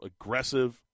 aggressive